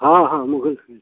हाँ हाँ मुग़ल